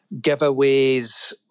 giveaways